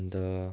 अन्त